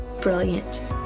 brilliant